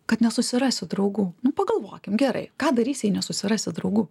kad nesusirasi draugų na pagalvokim gerai ką darysi jei nesusirasi draugų